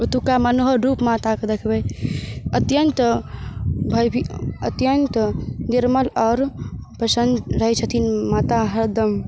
ओतुका मनोहररूप माताके देखबै अत्यन्त भयभी अत्यन्त निर्मल आओर प्रसन्न रहै छथिन माता हरदम